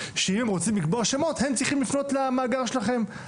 שאם הם רוצים לקבוע שמות הם צריכים לפנות למאגר שלכם.